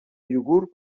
iogurt